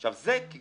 עכשיו זה למה?